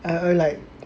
err like